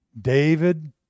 David